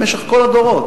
במשך כל הדורות.